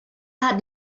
hat